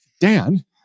Dan